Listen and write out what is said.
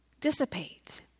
dissipate